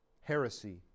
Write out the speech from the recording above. heresy